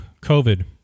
COVID